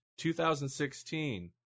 2016